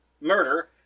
murder